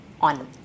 on